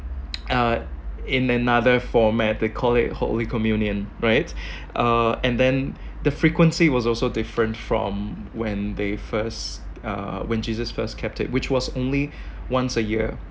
uh in another format they called it holy communion right uh and then the frequency was also different from when they first uh when jesus first kept it which was only once a year